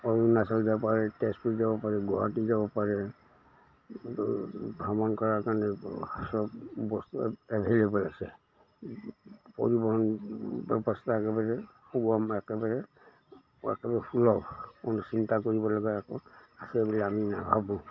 অৰুণাচল যাব পাৰে তেজপুৰ যাব পাৰে গুৱাহাটী যাব পাৰে ভ্ৰমণ কৰাৰ কাৰণে চব বস্তু এভেইলেবল আছে পৰিবহণ ব্যৱস্থা একেবাৰে সুগম একেবাৰে একেবাৰে সুলভ কোনো চিন্তা কৰিব লগা আকো আছে বুলি আমি নাভাবোঁ